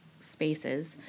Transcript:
spaces